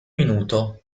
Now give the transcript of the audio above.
minuto